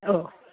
oh